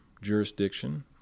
jurisdiction